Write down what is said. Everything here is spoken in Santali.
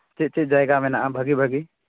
ᱪᱮᱫ ᱪᱮᱫ ᱡᱟᱭᱜᱟ ᱢᱮᱱᱟᱜᱼᱟ ᱵᱷᱟᱹᱜᱤ ᱵᱷᱟᱹᱜᱤ